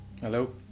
Hello